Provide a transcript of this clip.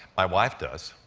my wife does.